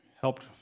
helped